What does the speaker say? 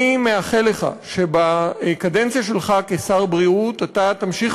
אני מאחל לך שבקדנציה שלך כשר הבריאות אתה תמשיך